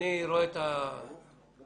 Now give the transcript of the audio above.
אנחנו